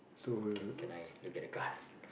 okay can can I look at the card